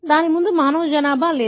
దీనికి ముందు మానవ జనాభా లేదు